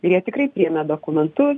ir jie tikrai priėmė dokumentus